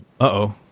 uh-oh